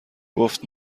گفت